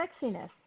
sexiness